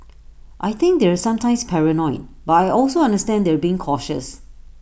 I think they're sometimes paranoid but I also understand they're being cautious